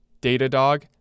Datadog